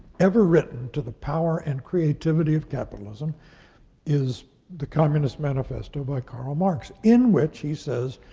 ever written to the power and creativity of capitalism is the communist manifesto by karl marx, in which he says,